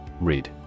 Read